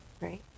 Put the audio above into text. Right